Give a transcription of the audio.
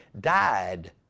died